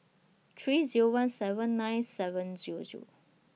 three Zero one seven nine seven Zero Zero